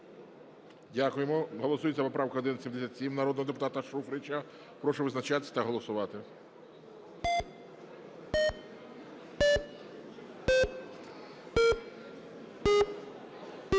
Дякуємо. Голосується поправка 1177 народного депутата Шуфрича. Прошу визначатись та голосувати.